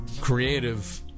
creative